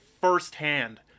firsthand